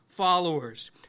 followers